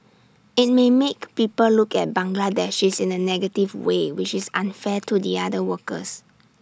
IT may make people look at Bangladeshis in A negative way which is unfair to the other workers